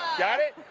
got it?